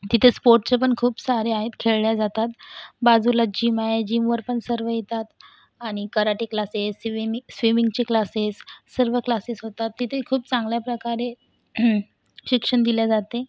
तिथे स्पोर्ट्सचे पण खूप सारे आहेत खेळले जातात बाजूलाच जिम आहे जिमवर पण सर्व येतात आणि कराटे क्लासेस स्विम स्विमिंगचे क्लासेस सर्व क्लासेस होतात तिथे खूप चांगल्याप्रकारे शिक्षण दिले जाते